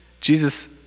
Jesus